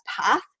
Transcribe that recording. path